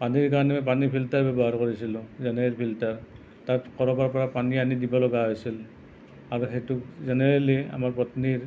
পানীৰ কাৰণে পানীৰ ফিল্টাৰ ব্যৱহাৰ কৰিছিলোঁ জেনেৰেল ফিল্টাৰ তাত ক'ৰবাৰ পৰা পানী আনি দিব লগা হৈছিল আৰু সেইটো জেনেৰেলি আমাৰ পত্নীৰ